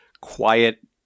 quiet